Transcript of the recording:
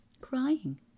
Crying